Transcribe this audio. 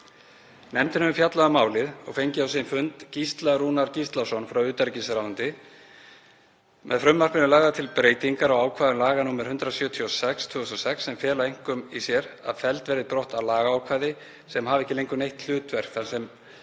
Nefndin hefur fjallað um málið og fengið á sinn fund Gísla Rúnar Gíslason frá utanríkisráðuneyti. Með frumvarpinu eru lagðar til breytingar á ákvæðum laga nr. 176/2006 sem fela einkum í sér að felld verði brott lagaákvæði sem hafa ekki lengur neitt hlutverk þar sem